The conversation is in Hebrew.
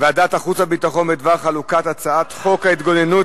ועדת החוץ והביטחון בדבר חלוקת הצעת חוק ההתגוננות